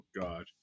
God